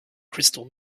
crystal